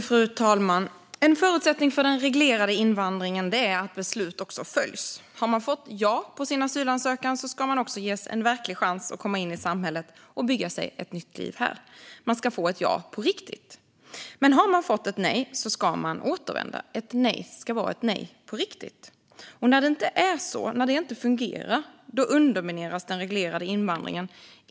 Fru talman! En förutsättning för den reglerade invandringen är att beslut följs. Har man fått ja på sin asylansökan ska man också ges en verklig chans att komma in i samhället och bygga sig ett nytt liv här. Man ska få ett ja på riktigt. Men har man fått nej ska man återvända. Ett nej ska vara ett nej på riktigt. När det inte är så, när det inte fungerar, undermineras den reglerade invandringen.